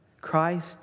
Christ